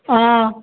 অঁ